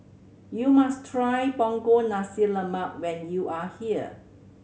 you must try Punggol Nasi Lemak when you are here